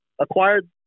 acquired